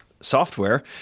software